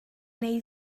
neu